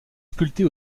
sculptée